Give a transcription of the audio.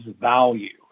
value